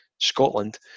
Scotland